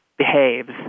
behaves